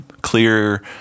clear